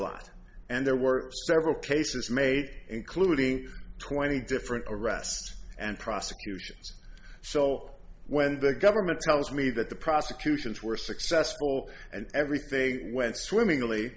lot and there were several cases made including twenty different arrests and prosecutions so when the government tells me that the prosecutions were successful and everything went swimming